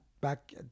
back